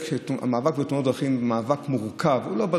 אין ספק שהמאבק בתאונות הדרכים הוא מאבק מורכב.